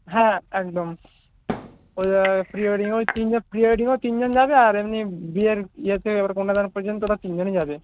হ্যাঁ একদম ওই প্রি ওয়েডিংয়ে ওই তিনজন প্রি ওয়েডিংয়েও তিনজন যাবে আর এমনি বিয়ের ইয়েতে কন্যাদান পর্যন্ত ওরা তিনজনই যাবে